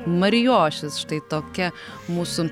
marijošius štai tokia mūsų